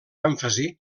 èmfasi